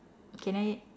can I